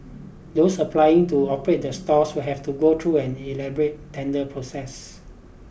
those applying to operate the stalls will have to go through an elaborate tender process